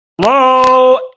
Hello